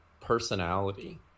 personality